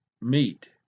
meat